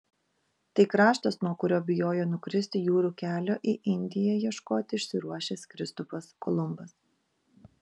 tai kraštas nuo kurio bijojo nukristi jūrų kelio į indiją ieškoti išsiruošęs kristupas kolumbas